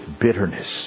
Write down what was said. bitterness